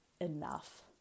enough